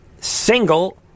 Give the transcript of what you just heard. single